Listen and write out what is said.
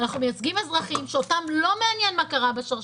אנחנו מייצגים אזרחים שאותם לא מעניין מה קרה בשרשרת,